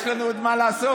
יש לנו עוד מה לעשות,